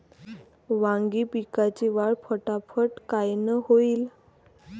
वांगी पिकाची वाढ फटाफट कायनं होईल?